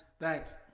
Thanks